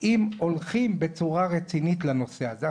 אם הולכים בצורה רצינית לנושא הזה.